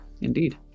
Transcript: Indeed